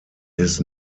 his